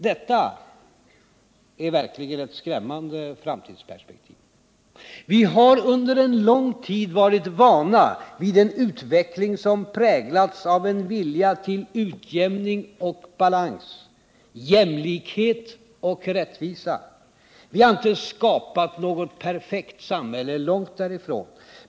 Detta är verkligen skrämmande framtidsperspektiv. Vi har under en lång tid varit vana vid en utveckling som präglats av en vilja till utjämning och balans, jämlikhet och rättvisa. Vi har inte skapat något perfekt samhälle — långt därifrån.